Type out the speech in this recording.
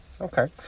Okay